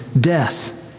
death